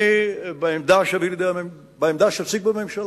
אני, בעמדה שאציג בממשלה,